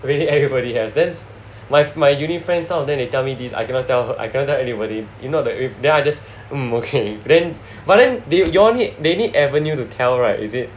really everybody has then my my uni friends some of them they tell me this I cannot tell her I cannot tell anybody if not there I just mm okay then but then they you all need they need avenue to tell right is it